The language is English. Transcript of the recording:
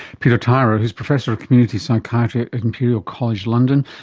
peter tyrer, who's professor of community psychiatry at imperial college london.